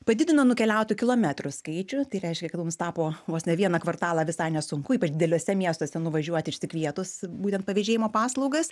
padidino nukeliautų kilometrų skaičių tai reiškia kad mums tapo vos ne vieną kvartalą visai nesunku ypač dideliuose miestuose nuvažiuoti išsikvietus būtent pavėžėjimo paslaugas